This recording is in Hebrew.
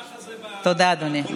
תודה, אדוני.